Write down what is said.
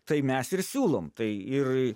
tai mes ir siūlom tai ir